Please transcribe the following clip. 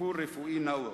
ל"טיפול רפואי נאות"